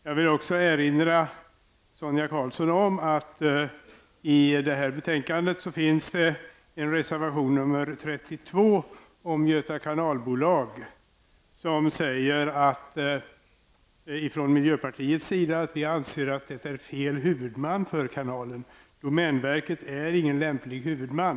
Jag vill också erinra Sonia Karlsson om att i detta betänkande finns en reservation nr 32 om Göta kanalbolag som säger att miljöpartiet anser att det är fel huvudman för kanalen. Domänverket är ingen lämplig huvudman.